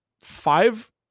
five